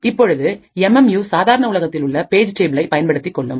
இப்பொழுது M M U சாதாரண உலகத்தில் உள்ள பேஜ் டேபிளை பயன்படுத்திக்கொள்ளும்